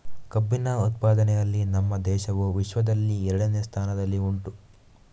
ಕಬ್ಬಿನ ಉತ್ಪಾದನೆಯಲ್ಲಿ ನಮ್ಮ ದೇಶವು ವಿಶ್ವದಲ್ಲಿ ಎರಡನೆಯ ಸ್ಥಾನದಲ್ಲಿ ಉಂಟು